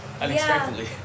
unexpectedly